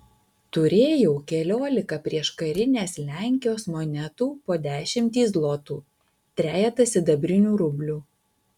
turėjau keliolika prieškarinės lenkijos monetų po dešimtį zlotų trejetą sidabrinių rublių